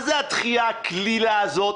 מה זה הדחייה הקלילה הזאת?